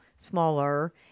smaller